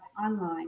online